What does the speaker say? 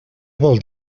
vol